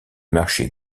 marcher